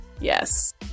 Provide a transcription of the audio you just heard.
Yes